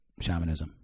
shamanism